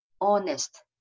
honest